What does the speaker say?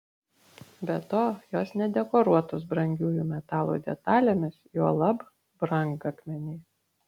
be to jos nedekoruotos brangiųjų metalų detalėmis juolab brangakmeniais